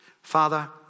Father